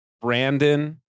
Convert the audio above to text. Brandon